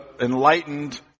enlightened